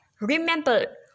remember